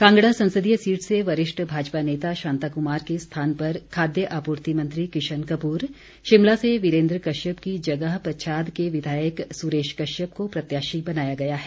कांगड़ा संसदीय सीट से वरिष्ठ भाजपा नेता शांता कुमार के स्थान पर खाद्य आपूर्ति मंत्री किशन कपूर शिमला से वीरेंद्र कश्यप की जगह पच्छाद के विधायक सुरेश कश्यप को प्रत्याशी बनाया गया है